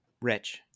Rich